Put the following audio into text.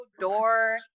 door